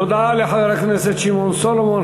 תודה לחבר הכנסת שמעון סולומון.